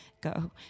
go